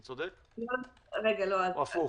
אני צודק, או הפוך?